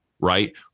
Right